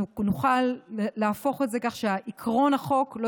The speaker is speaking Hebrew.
אנחנו נוכל להפוך את זה כך שעקרון החוק לא